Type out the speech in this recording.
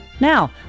Now